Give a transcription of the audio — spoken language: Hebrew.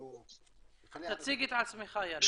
תציג את עצמך, יריב.